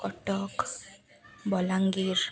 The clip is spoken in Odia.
କଟକ ବଲାଙ୍ଗୀର